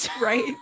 Right